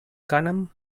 cànem